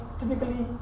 typically